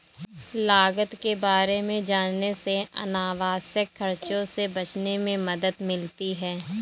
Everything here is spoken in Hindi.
लागत के बारे में जानने से अनावश्यक खर्चों से बचने में मदद मिलती है